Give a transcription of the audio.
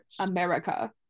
America